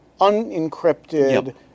unencrypted